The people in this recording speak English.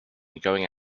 going